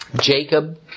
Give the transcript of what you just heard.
Jacob